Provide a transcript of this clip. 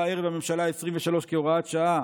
ערב הממשלה העשרים-ושלוש כהוראת שעה